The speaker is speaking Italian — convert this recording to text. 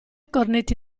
cornetti